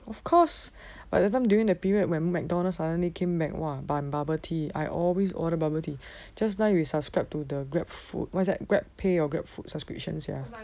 of course but that time during the period when mcdonald's finally came back !wah! buy bubble tea I always order bubble tea just nice we subscribe to the grabfood what's that grab pay or grabfood subscriptions know